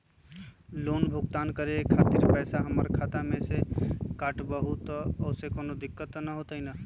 Loan भुगतान करे के खातिर पैसा हमर खाता में से ही काटबहु त ओसे कौनो दिक्कत त न होई न?